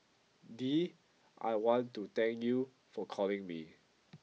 Dee I want to thank you for calling me